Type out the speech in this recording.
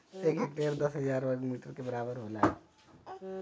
एक हेक्टेयर दस हजार वर्ग मीटर के बराबर होला